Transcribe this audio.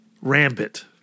rampant